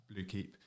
Bluekeep